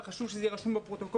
וחשוב שזה יהיה רשום בפרוטוקול,